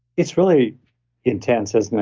it's really intense, isn't it?